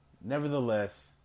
nevertheless